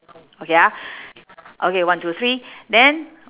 okay ah okay one two three then